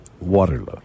Waterloo